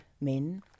men